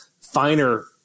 finer